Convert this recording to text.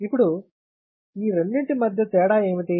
ఇప్పుడు ఈ రెండింటి మధ్య తేడా ఏమిటి